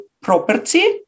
property